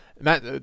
matt